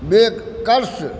bakers